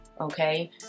Okay